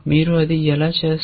మీరు అది ఎలా చేశారు